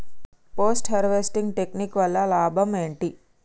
Post harvesting technique వల్ల లాభం ఏంటి?